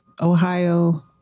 ohio